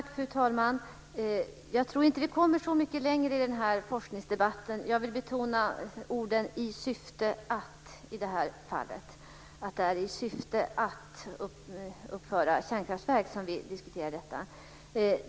Fru talman! Jag tror inte att vi kommer så mycket längre i den här forskningsdebatten. Jag vill betona orden "i syfte att" i det här fallet, dvs. att det är i syfte att uppföra kärnkraftverk som vi diskuterar.